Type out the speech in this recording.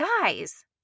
guys